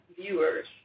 viewers